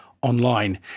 online